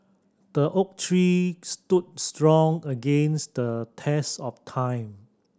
the oak tree stood strong against the test of time